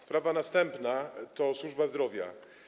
Sprawa następna to służba zdrowia.